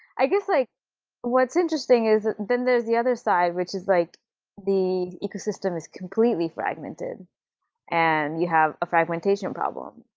i guess like what's interesting is, then, there's the other side which is like the ecosystem is completely fragmented and you have a fragmentation problem.